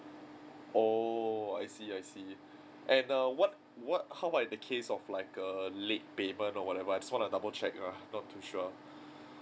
oh I see I see and err what what how about the case of like a late payment or whatever I just wanna double check you know not too sure